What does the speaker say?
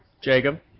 Jacob